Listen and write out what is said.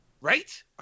right